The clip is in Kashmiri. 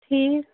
ٹھیٖک